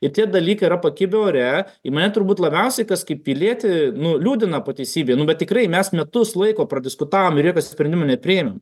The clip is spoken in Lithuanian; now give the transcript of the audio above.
ir tie dalykai yra pakibę ore ir mane turbūt labiausiai kas kaip pilietį nu liūdina po teisybei nu bet tikrai mes metus laiko pradiskutavom ir jokio sprendimo nepriėmėm